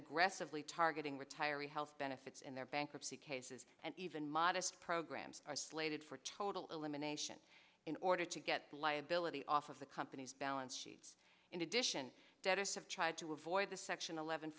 aggressively targeting retirees health benefits in their bankruptcy cases and even modest programs are slated for total elimination in order to get liability off of the company's balance sheets in addition debtors have tried to avoid the section eleven